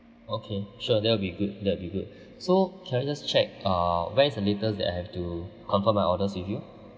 okay sure that'll be good that'll be good so can I just check uh when is the latest that I have to confirm my orders with you